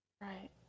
Right